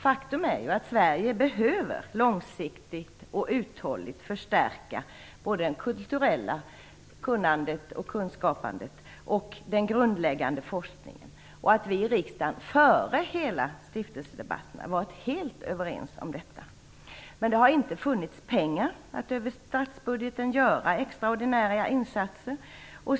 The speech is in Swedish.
Faktum är ju att Sverige långsiktigt och uthålligt behöver förstärka både det kulturella kunnandet och den grundläggande forskningen. Vi i riksdagen var ju före stiftelsedebatten helt överens om detta. Men det har inte funnits pengar för att över statsbudgeten göra extraordinära insatser.